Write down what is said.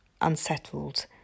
unsettled